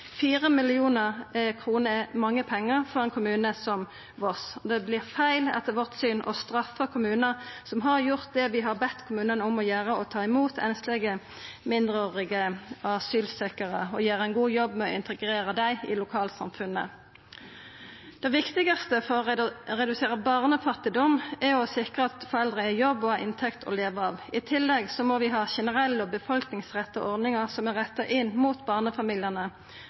er mange pengar for ein kommune som Voss. Det vert feil – etter vårt syn – å straffa kommunar som har gjort det vi har bedt kommunane om å gjera, å ta imot einslege mindreårige asylsøkjarar og gjera ein god jobb med å integrera dei i lokalsamfunnet. Det viktigaste for å redusera barnefattigdom er å sikra at foreldra er i jobb og har inntekt å leva av. I tillegg må vi ha generelle og befolkningsretta ordningar som er retta inn mot barnefamiliane.